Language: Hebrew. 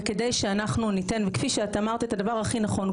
וכדי שאנחנו ניתן וכפי שאתה אמרת את הדבר הכי נכון,